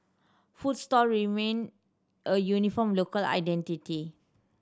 food stall remain a uniform local identity